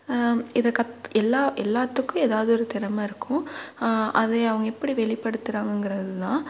இத கத் எல்லா எல்லாத்துக்கும் ஏதாவுது ஒரு திறமை இருக்கும் அதை அவங்க எப்படி வெளிப்படுத்துறாங்கங்கிறது தான்